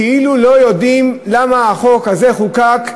כאילו לא יודעים למה החוק הזה חוקק,